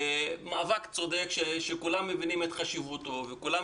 זה מאבק צודק שכולם מבינים את חשיבותו וכולם